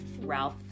Ralph